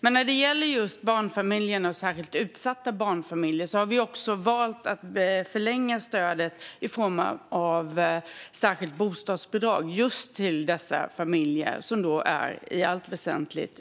Men när det gäller just barnfamiljer och särskilt utsatta barnfamiljer har vi valt att förlänga stödet i form av ett särskilt bostadsbidrag till de familjer som är utsatta.